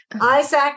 Isaac